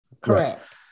Correct